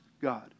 God